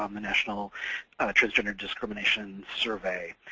um the national transgender discrimination survey.